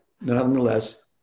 nonetheless